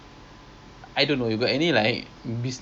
oh oh your uncle was from there